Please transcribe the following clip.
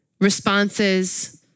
responses